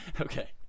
Okay